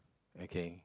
okay